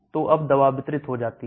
तो अब दवा वितरित हो जाती है